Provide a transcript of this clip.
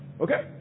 Okay